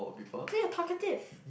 so you're talkative